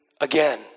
again